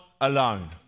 alone